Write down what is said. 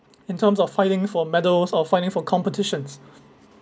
in terms of fighting for medals or fighting for competitions